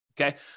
okay